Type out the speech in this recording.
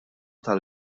tal